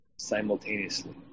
Simultaneously